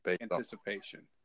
anticipation